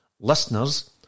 listeners